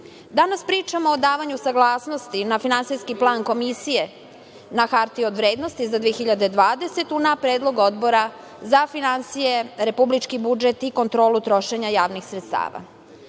sveta. Danas pričamo o davanju saglasnosti na finansijski plan Komisije za hartiju od vrednosti za 2020. godinu, na predlog Odbora za finansije, republički budžet i kontrolu trošenja javnih sredstava. Imajući